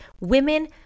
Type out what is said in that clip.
Women